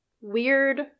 weird